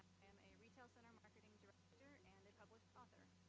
am a retail center marketing director and a published author.